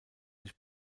sich